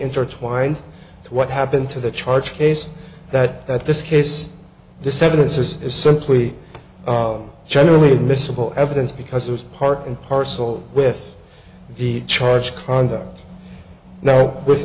intertwined to what happened to the charge case that that this case this evidence is simply generally admissible evidence because it's part and parcel with the charge conduct now with